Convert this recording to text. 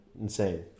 insane